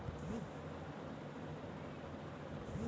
অলেক রকমের আলেদা আলেদা ভাবে গিরিলহাউজ বালায়